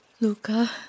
Luca